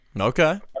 okay